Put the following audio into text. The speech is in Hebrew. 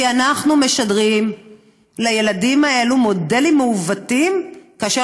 כי אנחנו משדרים לילדים האלה מודלים מעוותים כאשר